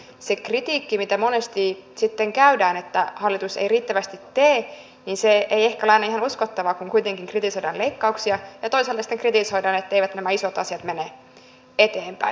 se kritiikki mitä monesti sanotaan että hallitus ei riittävästi tee ei ehkä ole aina ihan uskottavaa kun kuitenkin kritisoidaan leikkauksia ja sitten toisaalta kritisoidaan etteivät nämä isot asiat mene eteenpäin